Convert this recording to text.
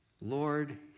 Lord